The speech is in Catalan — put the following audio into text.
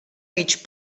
mig